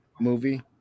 movie